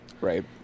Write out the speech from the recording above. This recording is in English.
Right